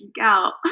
out